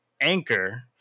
Anchor